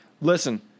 Listen